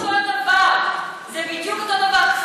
זה בדיוק אותו דבר, זה בדיוק אותו דבר.